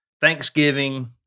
Thanksgiving